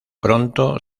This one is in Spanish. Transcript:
pronto